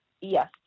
Yes